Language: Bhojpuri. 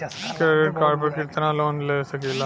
क्रेडिट कार्ड पर कितनालोन ले सकीला?